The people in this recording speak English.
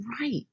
right